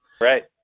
Right